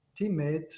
teammate